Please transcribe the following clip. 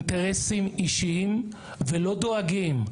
לאינטרסים אישיים, ולא דואגים,